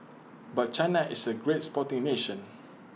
but China is A great sporting nation